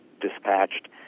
dispatched